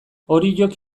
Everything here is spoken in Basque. oriok